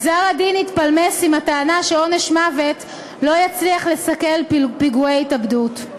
גזר-הדין התפלמס עם הטענה שעונש מוות לא יצליח לסכל פיגועי התאבדות.